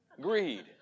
Greed